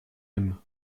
aime